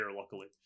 luckily